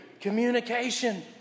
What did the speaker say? Communication